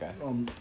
Okay